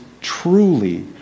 truly